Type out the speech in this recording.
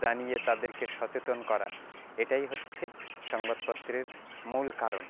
জানিয়ে তাদেরকে সচেতন করা এটাই হচ্ছে সংবাদপত্রের মূল কারণ